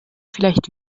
vielleicht